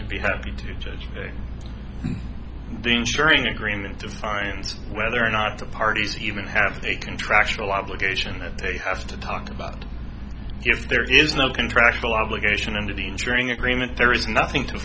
and be happy to judge dean sharing agreements of times whether or not the parties even have a contractual obligation that they have to talk about if there is no contractual obligation under the ensuring agreement there is nothing to